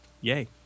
Yay